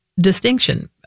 distinction